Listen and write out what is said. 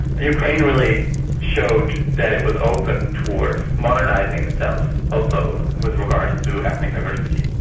ukraine really showed that it was open towards modernising itself also with regards to ethnic diversity.